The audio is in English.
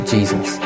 Jesus